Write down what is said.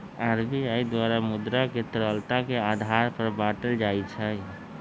RBI द्वारा मुद्रा के तरलता के आधार पर बाटल जाइ छै